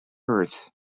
earth